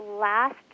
last